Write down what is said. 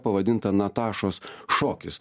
pavadinta natašos šokis